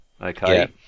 okay